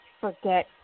Forget